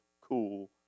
cool